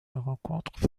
rencontre